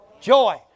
joy